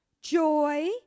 joy